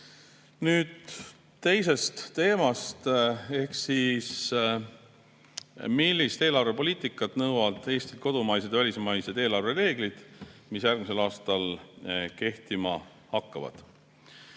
Nüüd teisest teemast ehk millist eelarvepoliitikat nõuavad Eestilt kodumaised ja välismaised eelarvereeglid, mis järgmisel aastal kehtima hakkavad.